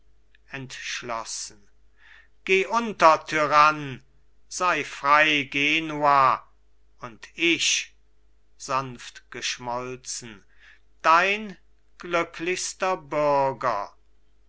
entschlossen geh unter tyrann sei frei genua und ich sanft geschmolzen dein glücklichster bürger